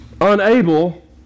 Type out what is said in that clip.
unable